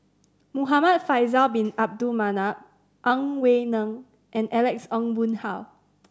Muhamad Faisal Bin Abdul Manap Ang Wei Neng and Alex Ong Boon Hau